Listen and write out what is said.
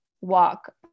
walk